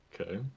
Okay